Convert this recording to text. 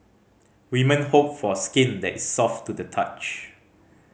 women hope for skin that is soft to the touch